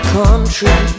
country